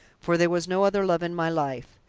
for there was no other love in my life.